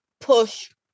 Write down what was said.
Push